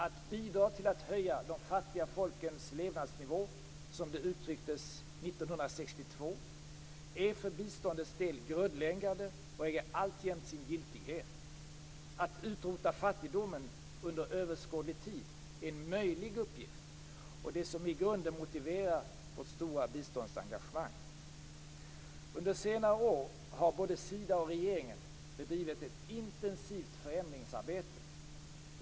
Att bidra till att höja de fattiga folkens levnadsnivå, som det uttrycktes 1962, är för biståndets del grundläggande och äger alltjämt sin giltighet. Att utrota fattigdomen under överskådlig tid är en möjlig uppgift och det som i grunden motiverar vårt stora biståndsengagemang. Under senare år har både Sida och regeringen bedrivit ett intensivt förändringsarbete.